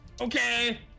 Okay